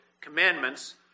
commandments